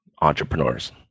Entrepreneurs